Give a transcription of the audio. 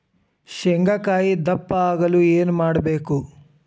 ಶೇಂಗಾಕಾಯಿ ದಪ್ಪ ಆಗಲು ಏನು ಮಾಡಬೇಕು?